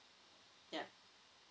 yup